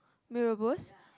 mee-Rebus